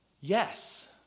Yes